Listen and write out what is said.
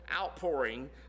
outpouring